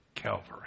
calvary